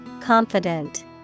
Confident